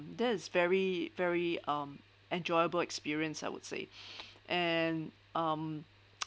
that is very very um enjoyable experience I would say and um